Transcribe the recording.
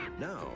Now